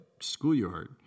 schoolyard